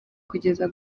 kugeza